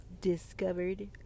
discovered